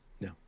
No